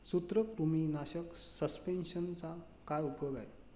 सूत्रकृमीनाशक सस्पेंशनचा काय उपयोग आहे?